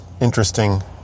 interesting